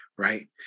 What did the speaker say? Right